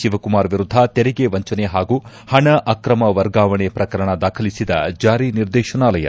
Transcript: ಶಿವಕುಮಾರ್ ವಿರುದ್ದ ತೆರಿಗೆ ವಂಚನೆ ಹಾಗೂ ಹಣ ಅಕ್ರಮ ವರ್ಗಾವಣೆ ಪ್ರಕರಣ ದಾಖಲಿಸಿದ ಜಾರಿ ನಿರ್ದೇಶನಾಲಯ